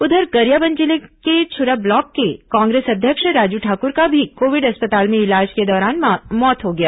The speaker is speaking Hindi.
उधर गरियाबंद जिले के छुरा ब्लॉक के कांग्रेस अध्यक्ष राजू ठाकुर का भी कोविड अस्पताल में इलाज के दौरान मौत हो गई